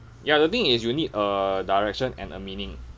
ya the thing is you need a direction and a meaning